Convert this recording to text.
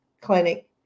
clinic